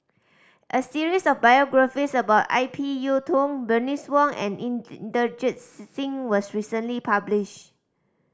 a series of biographies about I P Yiu Tung Bernice Wong and Inderjit Singh was recently published